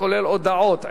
הכולל הודעות,